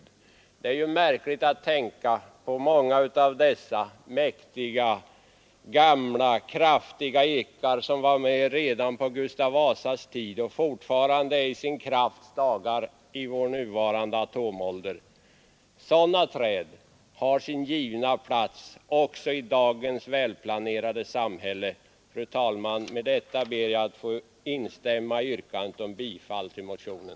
Det är märkligt att tänka på att många av dessa mäktiga, gamla, kraftiga ekar, som var med redan på Gustav Vasas tid, fortfarande är i sin krafts dagar i vår nuvarande atomålder. Sådana träd har sin givna plats också i dagens välplanerade samhälle. Fru talman! Med detta ber jag att få instämma i yrkandet om bifall till motionen.